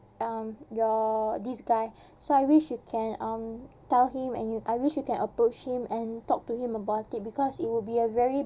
um your this guy so I wish you can um tell him and I wish you can approach him and talk to him about it because it will be a very